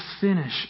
finish